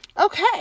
Okay